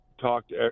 talked –